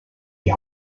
die